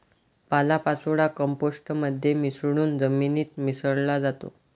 पालापाचोळा कंपोस्ट मध्ये मिसळून जमिनीत मिसळला जातो